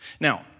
Now